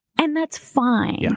and that's fine. yeah